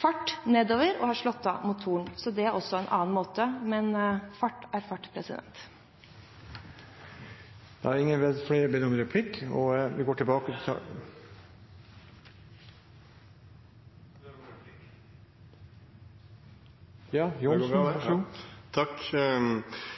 fart nedover og har slått av motoren, så det er en annen måte. Men fart er fart. Jeg vil si at svaret til representanten fra Kristelig Folkeparti beviser nettopp problemstillingen. Det er lett å se om